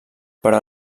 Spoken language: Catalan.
però